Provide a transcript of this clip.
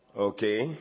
Okay